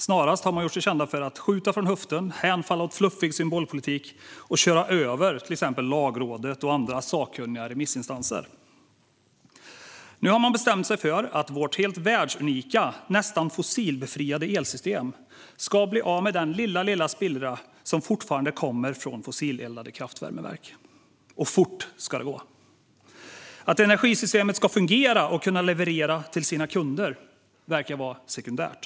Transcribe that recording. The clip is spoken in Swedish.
Snarare har man gjort sig känd för att skjuta från höften, hänfalla åt fluffig symbolpolitik och köra över Lagrådet och andra sakkunniga remissinstanser. Nu har man bestämt sig för att vårt helt världsunika, nästan fossilbefriade elsystem ska bli av med den lilla spillra som fortfarande kommer från fossileldade kraftvärmeverk - och fort ska det gå! Att energisystemet ska fungera och kunna leverera till sina kunder verkar vara sekundärt.